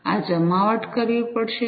આ જમાવટ કરવી પડશે